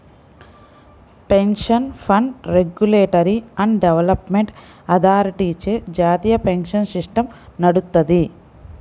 pension fund regulatory and development అథారిటీచే జాతీయ pension system నడుత్తది